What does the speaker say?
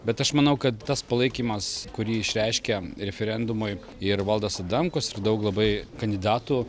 bet aš manau kad tas palaikymas kurį išreiškia referendumai ir valdas adamkus ir daug labai kandidatų